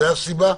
זאת הסיבה?